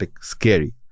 scary